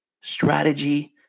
strategy